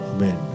Amen